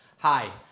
Hi